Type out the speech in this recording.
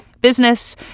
business